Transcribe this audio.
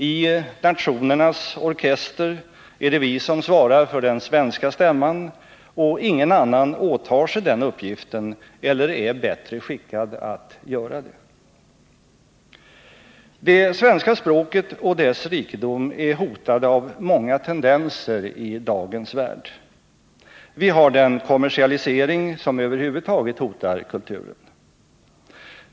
I nationernas orkester är det vi som svarar för den svenska stämman. Ingen annan åtar sig den uppgiften eller är bättre skickad att göra det. Det svenska språket och dess rikedom är hotad av många tendenser i dagens värld. Vi har en kommersialisering som över huvud taget hotar kulturen.